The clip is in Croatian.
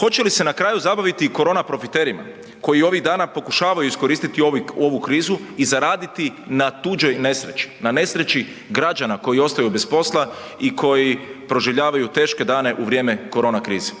Hoće li se na kraju zabaviti i korona profiterima koji ovih dana pokušavaju iskoristiti ovu krizu i zaraditi na tuđoj nesreći, na nesreći građana koji ostaju bez posla i koji proživljavaju teške dane u vrijeme korona krize,